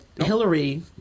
Hillary